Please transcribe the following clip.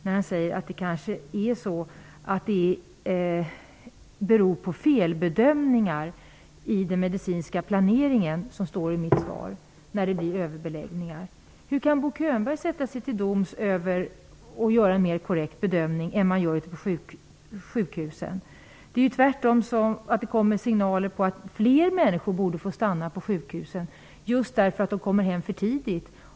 Bo Könberg säger att det kanske är så att det beror på felbedömningar i den medicinska planeringen när det blir överbeläggningar. Men hur kan Bo Könberg sätta sig till doms över någon och göra en korrektare bedömning än man gör ute på sjukhusen? Tvärtom kommer det ju signaler om att fler människor borde få stanna på sjukhusen. Människor kommer nämligen hem för tidigt.